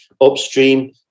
Upstream